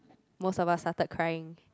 most of us started crying